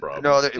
No